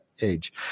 age